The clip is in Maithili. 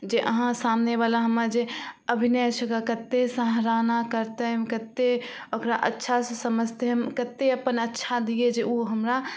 जे अहाँ सामनेवला हम्मा जे अभिनय सबके कते सराहना करतै कते ओकरा अच्छासँ समझतै हम कते अपन अच्छा दियै जे उ हमरा